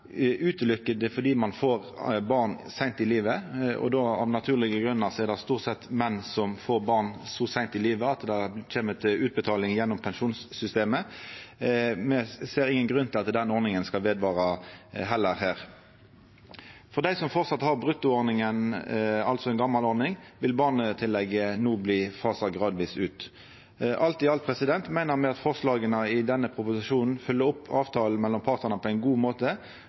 fordi ein får barn seint i livet. Av naturlege grunnar er det stort sett menn som får barn så seint i livet at det kjem til utbetaling gjennom pensjonssystemet. Me ser ingen grunn til at den ordninga skal vara ved. For dei som framleis har bruttoordninga, altså den gamle ordninga, vil barnetillegget no bli fasa gradvis ut. Alt i alt meiner me at forslaga i denne proposisjonen følgjer opp avtalen mellom partane på ein god måte,